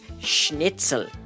schnitzel